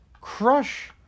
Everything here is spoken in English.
crush